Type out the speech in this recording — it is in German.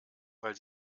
weil